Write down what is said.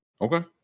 Okay